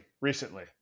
recently